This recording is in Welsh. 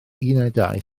unedau